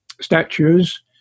statues